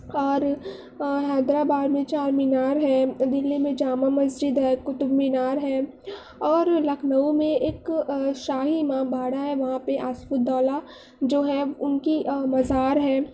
اور حیدرآباد میں چار مینار ہے اور دلی میں جامع مسجد ہے قطب مینار ہے اور لکھنؤ میں ایک شاہی امام باڑہ ہے وہاں پہ آصف الدولہ جو ہے ان کی مزار ہے